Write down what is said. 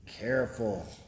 Careful